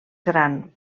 gran